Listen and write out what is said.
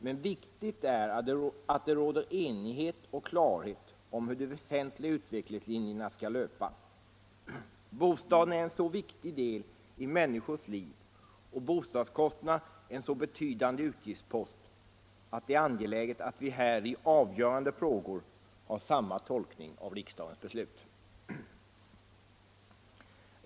Men viktigt är att det råder enighet och klarhet om hur de väsentliga utvecklingslinjerna skall löpa. Bostaden är en så viktig del i människors liv och bostadskostnaderna en så betydande utgiftspost att det är angeläget att vi här i avgörande frågor har samma tolkning av riksdagens beslut.